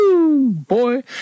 boy